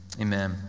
amen